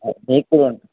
మీకు కూడా